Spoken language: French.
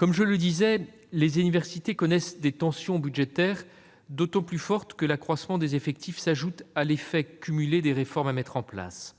diminueront. Les universités connaissent des tensions budgétaires d'autant plus fortes que l'accroissement des effectifs se cumule avec l'effet des réformes à mettre en place.